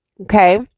Okay